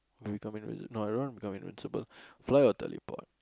become invisible no I don't want to become invisible fly or teleport